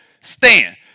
stand